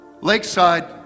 lakeside